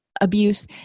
abuse